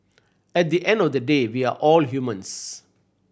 at the end of the day we are all humans